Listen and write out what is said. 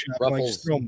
Ruffles